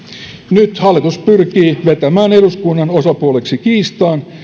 nyt hallitus pyrkii vetämään eduskunnan osapuoleksi kiistaan